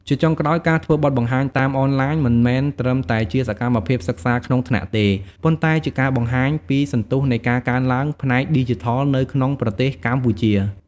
ជាចុងក្រោយ ការធ្វើបទបង្ហាញតាមអនឡាញមិនមែនត្រឹមតែជាសកម្មភាពសិក្សាក្នុងថ្នាក់ទេ ប៉ុន្តែជាការបង្ហាញពីសន្ទុះនៃការកើនឡើងផ្នែកឌីជីថលនៅក្នុងប្រទេសកម្ពុជា។